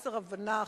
חוסר הבנה,